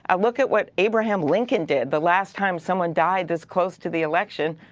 ah look at what abraham lincoln did the last time someone died this close to the election,